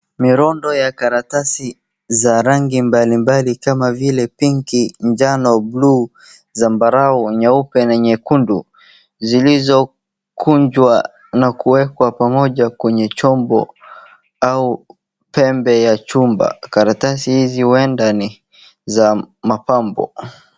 Mirondo ya karatasi za rangi mbali mbali kama vile pink , jano, bUluu, zambarau, nyeupe na nyekundu, zilizokunjwa na kuwekwa pamoja kwenye chombo au pembe ya chumba. Karatasi hizi huenda ni za mapambo.